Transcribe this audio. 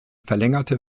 verlängerte